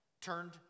turned